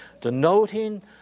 denoting